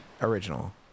Original